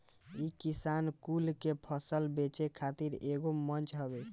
इ किसान कुल के फसल बेचे खातिर एगो मंच हवे